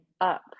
up